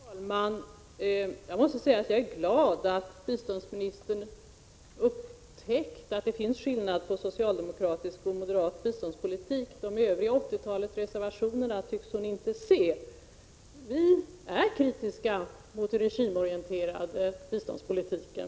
Herr talman! Jag måste säga att jag är glad att biståndsministern upptäckt att det finns en skillnad mellan socialdemokratisk och moderat biståndspolitik. De övriga reservationerna — ett 80-tal — tycks hon inte se. Vi är kritiska mot den regimorienterade biståndspolitiken.